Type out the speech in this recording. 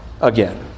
again